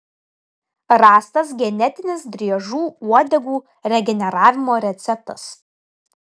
rastas genetinis driežų uodegų regeneravimo receptas